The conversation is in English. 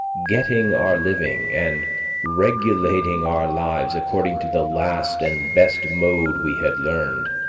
getting our living, and regulating our lives according to the last and best mode we had learned,